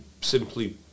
simply